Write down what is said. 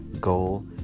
goal